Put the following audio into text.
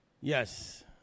Yes